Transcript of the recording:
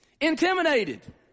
intimidated